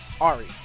Ari